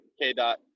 K-Dot